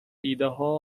ایدهها